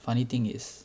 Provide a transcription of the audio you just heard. funny thing is